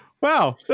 Wow